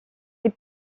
est